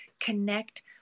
connect